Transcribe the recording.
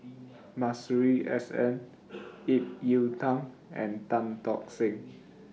Masuri S N Ip Yiu Tung and Tan Tock Seng